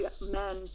men